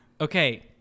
Okay